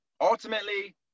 ultimately